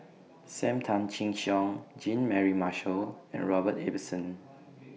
SAM Tan Chin Siong Jean Mary Marshall and Robert Ibbetson